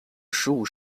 十五